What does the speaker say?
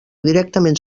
directament